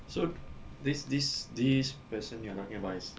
so this this this person you are talking about is